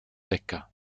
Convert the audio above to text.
wecker